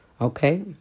Okay